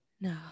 No